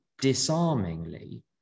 disarmingly